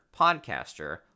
podcaster